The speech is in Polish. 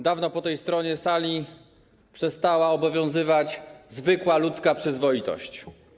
Dawno po tej stronie sali przestała obowiązywać zwykła ludzka przyzwoitość.